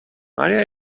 maria